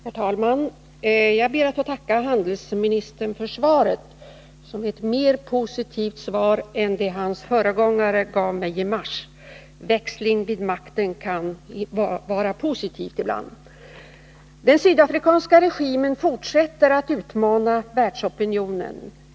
Herr talman! Jag ber att få tacka handelsministern för svaret som är mer positivt än det hans föregångare gav mig i mars. Växling vid makten kan vara positivt ibland. Den sydafrikanska regimen fortsätter att utmana världsopinionen.